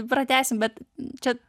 pratęsim bet čia